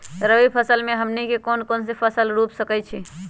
रबी फसल में हमनी के कौन कौन से फसल रूप सकैछि?